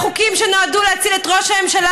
בחוקים שנועדו להציל את ראש הממשלה,